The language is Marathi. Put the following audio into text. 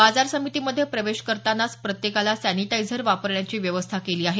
बाजार समितीमध्ये प्रवेश करतानाच प्रत्येकाला सॅनीटाझर वापरण्याची व्यवस्था केली आहे